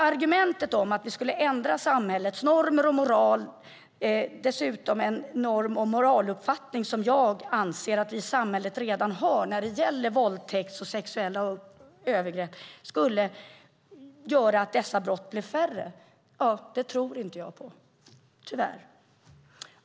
Argumentet att om vi skulle ändra samhällets normer och moral - det är dessutom en norm och en moraluppfattning som jag anser att vi i samhället redan har när det gäller våldtäkt och sexuella övergrepp - skulle dessa brott blir färre tror jag tyvärr inte på.